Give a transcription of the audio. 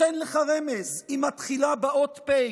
אתן לך רמז: היא מתחילה באות פ'